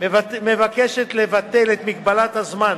מבקשת לבטל את מגבלת הזמן